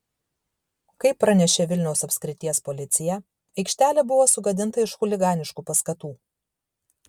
kaip pranešė vilniaus apskrities policija aikštelė buvo sugadinta iš chuliganiškų paskatų